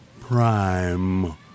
Prime